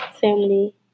family